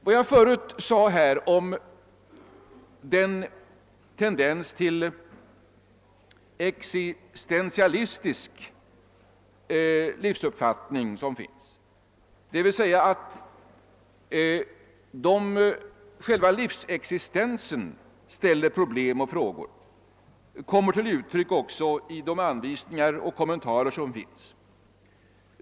Vad jag förut sade om den tendens till existentialistisk livsuppfattning som finns — dvs. att själva livsexistensen ställer problem och frågor — kommer den till uttryck också i de anvisningar och kommentarer som finns.